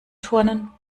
turnen